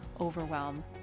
overwhelm